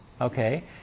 Okay